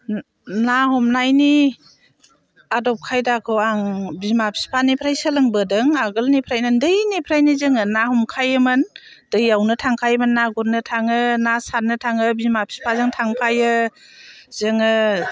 ना हमनायनि आदब खायदाखौ आं बिमा बिफानिफ्राय सोलोंबोदों आगोलनिफ्राय उन्दैनिफ्रायनो जोङो ना हमखायोमोन दैयावनो थांखायोमोन ना गुरनो थाङो ना सारनो थाङो बिमा बिफाजों थांफायो जोङो